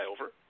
over